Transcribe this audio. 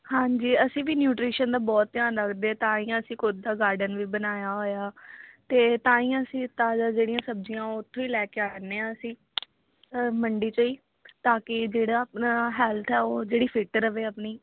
ਹਾਂਜੀ ਅਸੀਂ ਵੀ ਨਿਊਟਰੀਸ਼ਨ ਦਾ ਬਹੁਤ ਧਿਆਨ ਰੱਖਦੇ ਹਾਂ ਤਾਂ ਹੀ ਅਸੀਂ ਖੁਦ ਦਾ ਗਾਰਡਨ ਵੀ ਬਣਾਇਆ ਹੋਇਆ ਅਤੇ ਤਾਂ ਹੀ ਅਸੀਂ ਤਾਜ਼ਾ ਜਿਹੜੀਆਂ ਸਬਜ਼ੀਆਂ ਉਥੋਂ ਹੀ ਲੈ ਕੇ ਆਉਂਦੇ ਹਾਂ ਅਸੀਂ ਮੰਡੀ 'ਚ ਹੀ ਤਾਂ ਕਿ ਜਿਹੜਾ ਆਪਣਾ ਹੈਲਥ ਆ ਉਹ ਜਿਹੜੀ ਫਿੱਟ ਰਹੇ ਆਪਣੀ